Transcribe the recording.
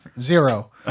Zero